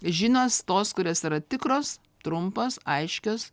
žinios tos kurias yra tikros trumpos aiškios